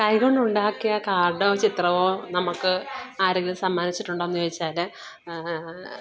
കൈകൊണ്ടുണ്ടാക്കിയ കാർഡോ ചിത്രമോ നമുക്ക് ആരെങ്കിലും സമ്മാനിച്ചിട്ടുണ്ടോയെന്നു ചോദിച്ചാൽ